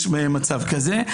יש מצב כזה.